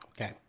Okay